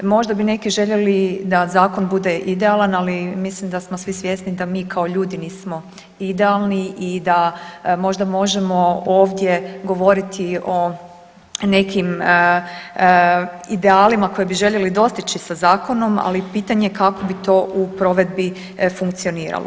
Možda bi neki željeli da zakon bude idealan, ali mislim da smo svi svjesni da mi kao ljudi nismo idealni i da možda možemo ovdje govoriti o nekim idealima koje bi željeli dostići sa zakonom, ali je pitanje kako bi to u provedbi funkcioniralo.